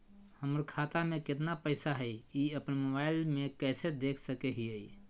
हमर खाता में केतना पैसा हई, ई अपन मोबाईल में कैसे देख सके हियई?